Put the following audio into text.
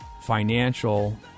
financial